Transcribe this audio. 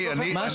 דוגמא.